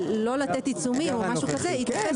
לתת עיצומים או משהו כזה מתייחס.